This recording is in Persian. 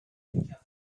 بود